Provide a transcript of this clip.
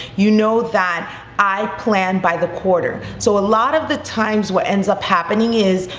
you know that i plan by the quarter. so a lot of the times what ends up happening is,